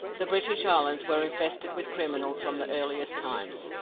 the british islands were infested with criminals from the earliest times.